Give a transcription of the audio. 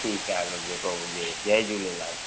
ठीकु आहे हलो जेको हुजे जय झूलेलाल